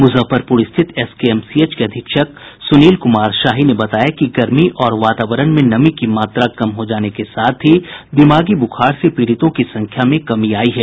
मुजफ्फरपुर स्थित एसकेएमसीएच के अधीक्षक सुनील कुमार शाही ने बताया कि गर्मी और वातावरण में नमी की मात्रा कम हो जाने के साथ ही दिमागी बुखार से पीड़ितों की संख्या में कमी आयी है